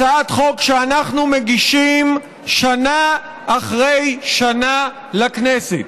הצעת חוק שאנחנו מגישים שנה אחרי שנה לכנסת.